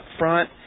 upfront